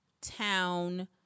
town